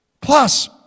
Plus